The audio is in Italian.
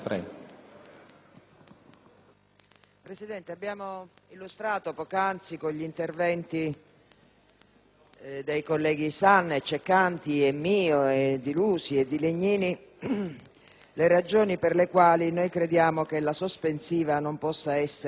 Presidente, abbiamo illustrato poc'anzi, attraverso gli interventi dei colleghi Sanna, Ceccanti, mio, dei senatori Lusi e Legnini, le ragioni per le quali noi crediamo che la sospensiva non possa essere accolta;